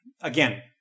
again